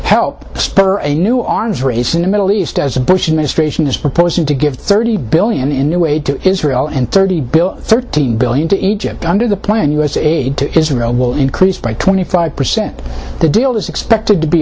help spur a new arms race in the middle east as the bush administration is proposing to give thirty billion in a way to israel and thirty bill thirteen billion to egypt under the plan u s aid to israel will increase by twenty five percent the deal is expected to be